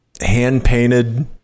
hand-painted